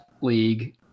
league